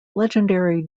legendary